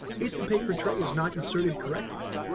if the paper tray is not inserted correctly,